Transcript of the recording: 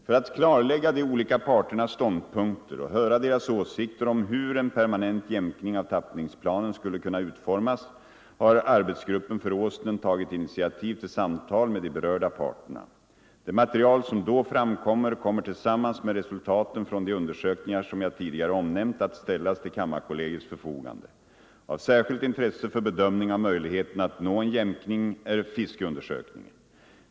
För att klarlägga de olika parternas ståndpunkter och höra deras åsikter om hur en permanent jämkning av tappningsplanen skulle kunna utformas har arbetsgruppen för Åsnen tagit initiativ till samtal med de berörda parterna. Det material som då framkommer kommer tillsammans med resultaten från de undersökningar som jag tidigare omnämnt att ställas till kammarkollegiets förfogande. Av särskilt intresse för bedömning av möjligheterna att nå en jämkning är fiskeundersökningen.